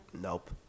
Nope